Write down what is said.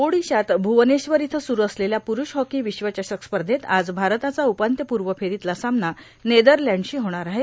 ओडिशात भ्वनेश्वर इथं स्रु असलेल्या प्रुष हॉकी विश्वचषक स्पर्धेत आज भारताचा उपान्त्यपूर्व फेरीतला सामना नेदरलँडशी होणार आहे